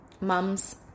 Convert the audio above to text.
mums